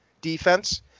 defense